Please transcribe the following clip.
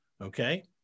Okay